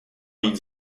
vyjít